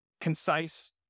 concise